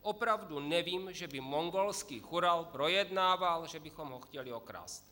Opravdu nevím, že by mongolský chural projednával, že bychom ho chtěli okrást.